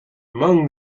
among